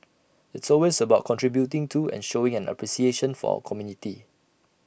it's always about contributing to and showing an appreciation for our community